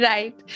Right